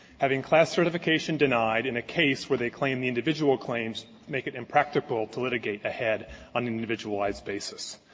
having class certification denied in a case where they claim the individual claims make it impractical to litigate ahead on an individualized basis.